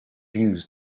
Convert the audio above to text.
views